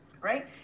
Right